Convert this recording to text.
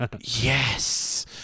Yes